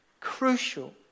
Crucial